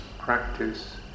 practice